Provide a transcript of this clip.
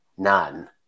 None